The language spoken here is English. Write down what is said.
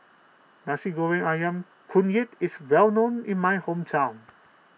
Nasi Goreng Ayam Kunyit is well known in my hometown